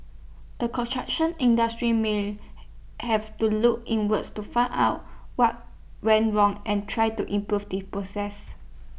the construction industry may have to look inwards to find out what went wrong and try to improve the process